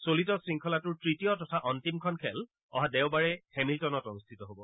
চলিত শৃংখলাটোৰ তৃতীয় তথা অন্তিমখন খেল অহা দেওবাৰে হেমিণ্টনত অনুষ্ঠিত হ'ব